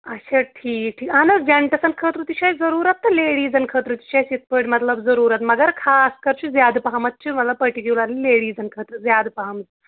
اچھا ٹھیٖک ٹھیٖک اہن حظ جَنٹٕزَن خٲطرٕ تہِ چھِ اَسہِ ضروٗرَت تہٕ لیڈیٖزَن خٲطرٕ تہِ چھِ اَسہِ یِتھ پٲٹھۍ مطلب ضروٗرَت مگر خاص کَر چھُ زیادٕ پَہمَتھ چھُ مطلب پٔٹِکیوٗلَرلی لیڈیٖزَن خٲطرٕ زیادٕ پَہَم